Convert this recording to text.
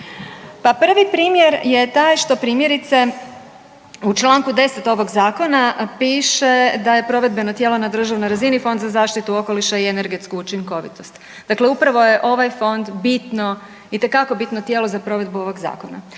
Pa prvi primjer je taj što primjerice u članku 10. ovoga Zakona piše da je provedbeno tijelo na državnoj razini Fond za zaštitu okoliša i energetsku učinkovitost. Dakle, upravo je ovaj Fond bitno itekako bitno tijelo za provedbu ovoga Zakona.